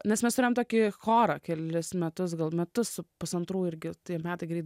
nes mes turime tokį chorą kelis metus gal metus pusantrų irgi tai metai greit